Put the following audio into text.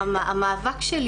המאבק שלי